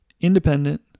independent